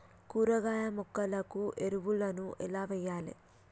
కూరగాయ మొక్కలకు ఎరువులను ఎలా వెయ్యాలే?